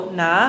na